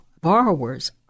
borrowers